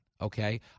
Okay